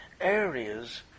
areas